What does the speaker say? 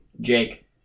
Jake